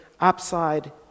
upside